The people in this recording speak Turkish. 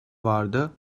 vardı